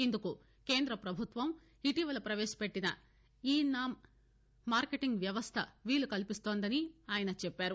ఇందుకు కేంద్ర ప్రభుత్వం ఇటీవల ప్రపేశపెట్టిన ఈ నామ్ మార్కెటింగ్ వ్యవస్ట వీలుకల్పిస్తోందని ఆయన చెప్పారు